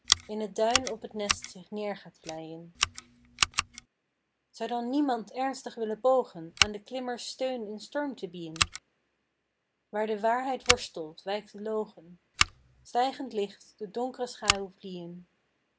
in het duin op t nest zich neer gaat vleien zou dan niemand ernstig willen pogen aan de klimmers steun in storm te biên waar de waarheid worstelt wijkt de logen stijgend licht doet donkre schaduw